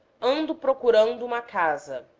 ando procurando uma casa,